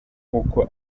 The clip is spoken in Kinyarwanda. nk’uko